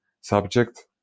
subject